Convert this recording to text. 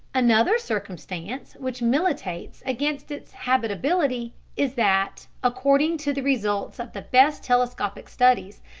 another circumstance which militates against its habitability is that, according to the results of the best telescopic studies,